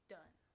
Done